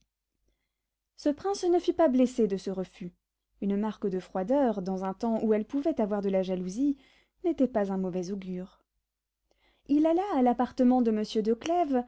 ce prince ne fut pas blessé de ce refus une marque de froideur dans un temps où elle pouvait avoir de la jalousie n'était pas un mauvais augure il alla à l'appartement de monsieur